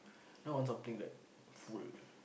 no I'm something like full